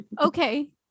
Okay